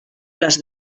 les